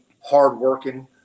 Hard-working